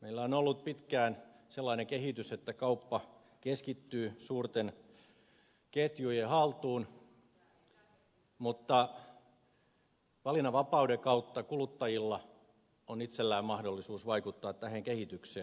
meillä on ollut pitkään sellainen kehitys että kauppa keskittyy suurten ketjujen haltuun mutta valinnanvapauden kautta kuluttajilla on itsellään mahdollisuus vaikuttaa tähän kehitykseen